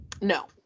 No